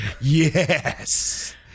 Yes